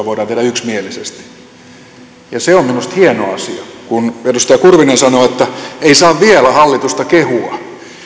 voidaan tehdä yksimielisesti ja se on minusta hieno asia kun edustaja kurvinen sanoi että ei saa vielä hallitusta kehua